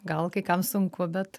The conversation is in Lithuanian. gal kai kam sunku bet